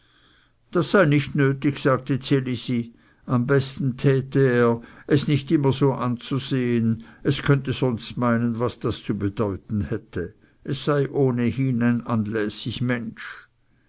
das sei nicht nötig sagte ds elisi am besten täte er es nicht immer so anzusehen es könnte sonst meinen was das zu bedeuten hätte es sei ohnehin ein anlässig mensch